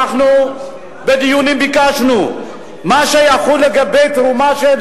אנחנו בדיונים ביקשנו שמה שיחול לגבי דיווחים על